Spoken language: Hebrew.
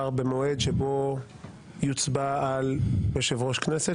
במועד שבו תהיה הצבעה על יושב-ראש כנסת,